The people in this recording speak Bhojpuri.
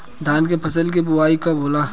धान के फ़सल के बोआई कब होला?